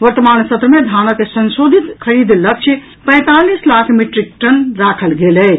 वर्तमान सत्र मे धानक संशोधित खरीद लक्ष्य पैंतालीस लाख मीट्रिकटन राखल गेल अछि